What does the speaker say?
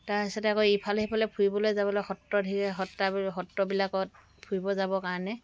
তাৰপিছতে আকৌ ইফালে সিফালে সিফালে ফুৰিবলৈ যাবলৈ সত্ৰ দেই সত্ৰবিলাকত ফুৰিব যাবৰ কাৰণে